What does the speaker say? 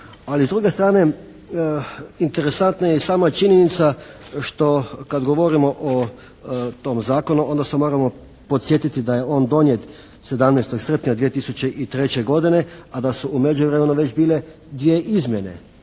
ali s druge strane interesantna je i sama činjenica što kad govorimo o tom zakonu onda se moramo podsjetiti da je on donijet 17. srpnja 2003. godine a da su u međuvremenu već bile dvije izmjene.